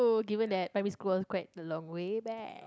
given that primary school was quite a long way back